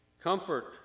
Comfort